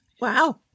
Wow